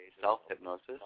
self-hypnosis